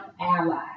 ally